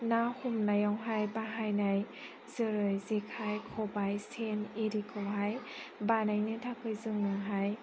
ना हमनायावहाय बाहायनाय जेरै जेखाइ खबाइ सेन बायदिखौहाय बानायनो थाखाय जोंनोहाय